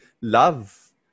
love